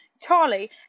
Charlie